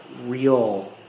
real